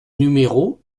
numéro